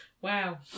Wow